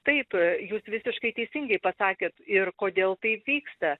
taip jūs visiškai teisingai pasakėt ir kodėl taip vyksta